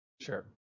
Sure